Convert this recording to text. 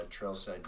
Trailside